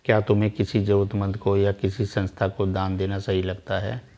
क्या तुम्हें किसी जरूरतमंद को या किसी संस्था को दान देना सही लगता है?